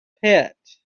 pit